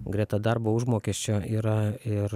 greta darbo užmokesčio yra ir